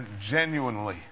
genuinely